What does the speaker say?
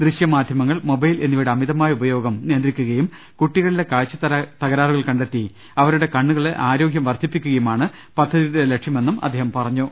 ദൃശ്യമാ ധൃമങ്ങൾ മൊബൈൽ എന്നിവയുടെ അമിതമായ ഉപയോഗം നിയ ന്ത്രിക്കുകയും കുട്ടികളിലെ കാഴ്ച്ചത്തകരാറുകൾ കണ്ടെത്തി അവ രുടെ കണ്ണുകളുടെ ആരോഗ്യം വർദ്ധിപ്പിക്കുകയുമാണ് പദ്ധതിയുടെ ലക്ഷ്യമെന്നും അദ്ദേഹം പറഞ്ഞു